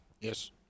Yes